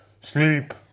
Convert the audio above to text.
sleep